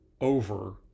over